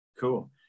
cool